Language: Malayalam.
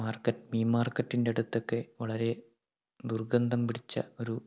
മാർക്കറ്റ് മീൻ മാർക്കറ്റിൻ്റെ അടുത്തൊക്കെ വളരെ ദുർഗന്ധം പിടിച്ച ഒരു